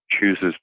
chooses